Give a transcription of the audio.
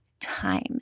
time